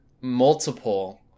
multiple